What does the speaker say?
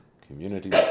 Community